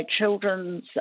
children's